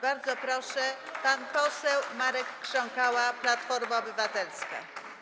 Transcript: Bardzo proszę, pan poseł Marek Krząkała, Platforma Obywatelska.